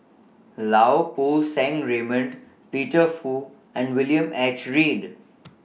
Lau Poo Seng Raymond Peter Fu and William H Read